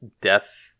death